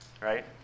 Right